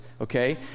okay